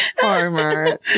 farmer